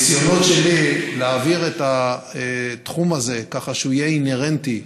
הניסיונות שלי להעביר את התחום הזה ככה שהוא יהיה אינהרנטי,